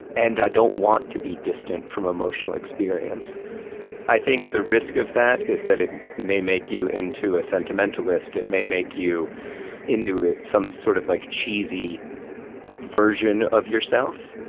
and i don't want to be distant from emotional experience i think the risk of that is that it may make you into a sentimentalist. it may make you into some sort of like cheesy version of yourself.